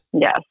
Yes